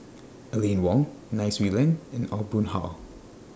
Aline Wong Nai Swee Leng and Aw Boon Haw